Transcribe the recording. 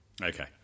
Okay